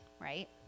right